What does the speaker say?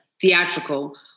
theatrical